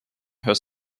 her